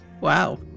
Wow